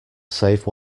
save